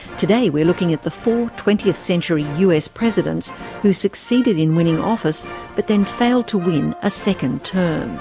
today we're looking at the four twentieth century us presidents who succeeded in winning office but then failed to win a second term.